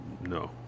No